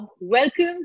Welcome